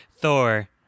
thor